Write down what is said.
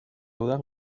dudan